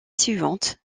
suivante